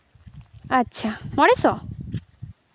ᱟᱪᱪᱷᱟ ᱢᱚᱬᱮ ᱥᱚ